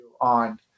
on